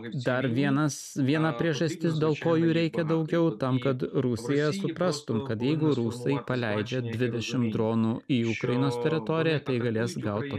dar vienas viena priežastis dėl ko jų reikia daugiau tam kad rusija suprastum kad jeigu rusai paleidžia dvidešim dronų į ukrainos teritoriją galės gauti